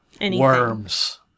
Worms